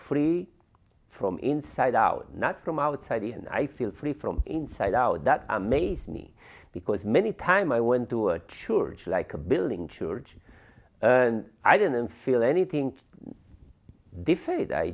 free from inside out not from outside and i feel free from inside out that amaze me because many time i went to a church like a building church and i didn't feel anything